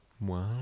Wow